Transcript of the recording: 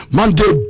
Monday